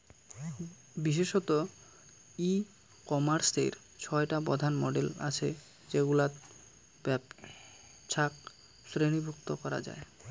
বিশেষতঃ ই কমার্সের ছয়টা প্রধান মডেল আছে যেগুলাত ব্যপছাক শ্রেণীভুক্ত করা যায়